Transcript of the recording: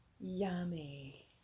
Yummy